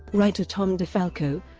writer tom defalco